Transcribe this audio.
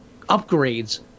upgrades